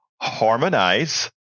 harmonize